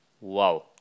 Wow